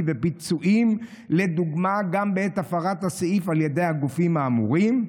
ופיצויים לדוגמה גם בעת הפרת הסעיף על ידי הגופים האמורים".